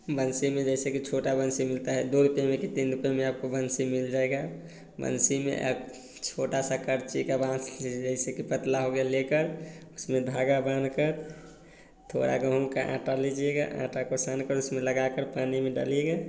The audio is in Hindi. बंसी में जैसे कि छोटा बंसी मिलता है दो रुपये में कि तीन रुपये में आपको बंसी मिल जाएगा बंसी में आक छोटा सा करची का बाँस जि जैसे कि पतला हो गया लेकर उसमें धागा बान्हकर थोड़ा गहूँम का आटा लीजिएगा आटा को छानकर उसमें लगाकर पानी में डालिएगा